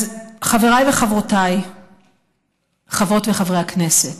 אז חבריי וחברותיי חברות וחברי הכנסת,